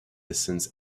since